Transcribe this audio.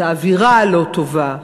האווירה הלא-טובה,